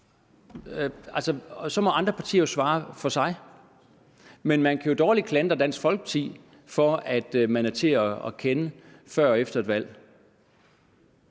så må andre partier jo svare for sig. Men man kan jo dårligt klandre Dansk Folkeparti for, at partiet er til at kende både før og efter et valg.